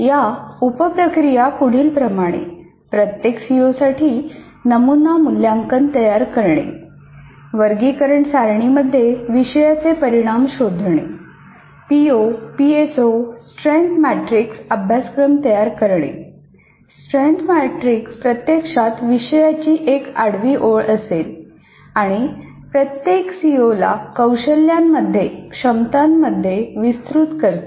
या उप प्रक्रिया पुढीलप्रमाणेः प्रत्येक सीओसाठी नमुना मूल्यांकन तयार करणे आणि प्रत्येक सीओला कौशल्यांमध्ये क्षमतांमध्ये विस्तृत करते